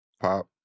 Pop